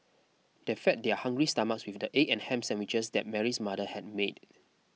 they fed their hungry stomachs with the egg and ham sandwiches that Mary's mother had made